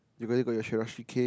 you already got your Cherashe cake